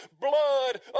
blood